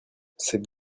cette